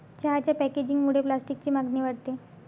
चहाच्या पॅकेजिंगमुळे प्लास्टिकची मागणी वाढते